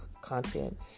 content